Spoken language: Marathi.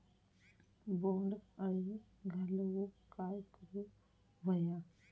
बोंड अळी घालवूक काय करू व्हया?